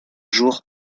jour